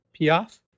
Piaf